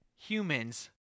humans